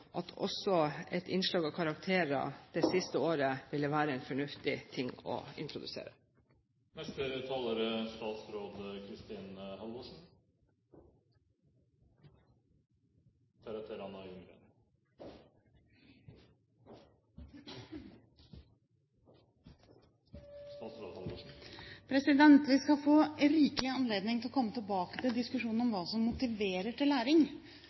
at også et innslag av karakterer det siste året ville være en fornuftig ting å introdusere. Vi skal få rikelig anledning til å komme tilbake til diskusjonen om hva som motiverer til læring,